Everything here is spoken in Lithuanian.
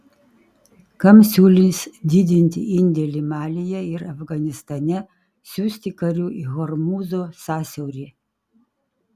kam siūlys didinti indėlį malyje ir afganistane siųsti karių į hormūzo sąsiaurį